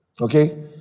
okay